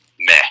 meh